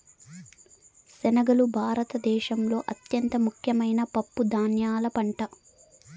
శనగలు భారత దేశంలో అత్యంత ముఖ్యమైన పప్పు ధాన్యాల పంట